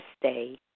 stay